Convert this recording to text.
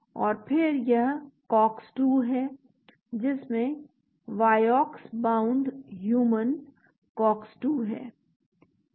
और फिर यह COX 2 है जिसमें Vioxx बाउंड ह्यूमन COX 2 है